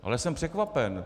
Ale jsem překvapen.